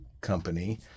company